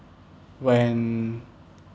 when